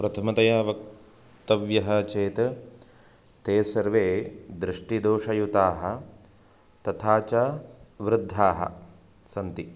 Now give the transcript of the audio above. प्रथमतया वक्तव्यः चेत् ते सर्वे दृष्टिदोषयुताः तथा च वृद्धाः सन्ति